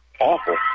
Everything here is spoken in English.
awful